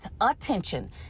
attention